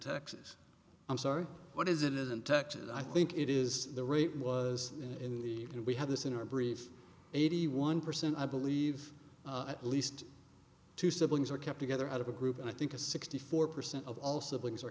texas i'm sorry what is it is in texas i think it is the rate was in the can we have this in our brief eighty one percent i believe at least two siblings are kept together out of a group and i think a sixty four percent of also brings are